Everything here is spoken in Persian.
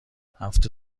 هفت